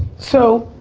so,